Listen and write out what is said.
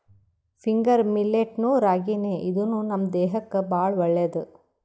finger millet ನು ರಾಗಿನೇ ಇದೂನು ನಮ್ ದೇಹಕ್ಕ್ ಭಾಳ್ ಒಳ್ಳೇದ್